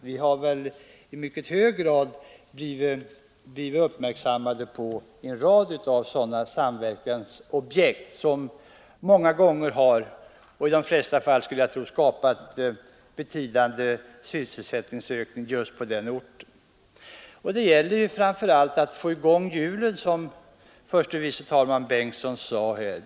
Vi har i mycket hög grad blivit uppmärksammade på en rad sådana samverkansprojekt som många gånger medfört betydande sysselsättningsökning på den berörda orten. Det gäller framför allt att få i gång hjulen, som förste vice talmannen Bengtson sade.